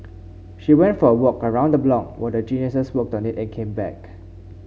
she went for a walk around the block while the Geniuses worked on it and came back